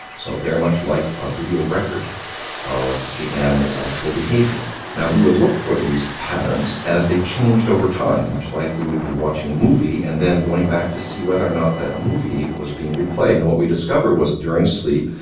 so very much like a video record of the animal's actual behaviour. now we would look for these patterns as they changed over time, much like we would be watching a movie and then going back to see whether or not that movie was being replayed. and what we discovered was that during sleep,